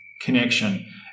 connection